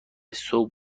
صبح